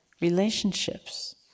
relationships